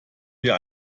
wir